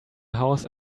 house